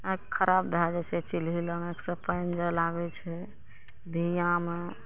आँँखि खराब भए जाइ छै चुल्ही लङ्ग आँखि सऽ पानि जाय लागै छै धुइयाँमे